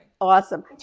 Awesome